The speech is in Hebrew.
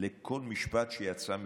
לכל משפט שיצא מפיו,